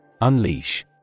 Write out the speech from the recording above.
Unleash